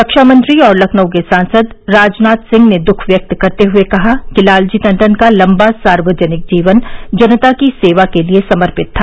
रक्षा मंत्री और लखनऊ के सांसद राजनाथ सिंह ने दुख व्यक्त करते हुए कहा कि लालजी टंडन का लंबा सार्वजनिक जीवन जनता की सेवा के लिए समर्पित था